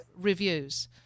reviews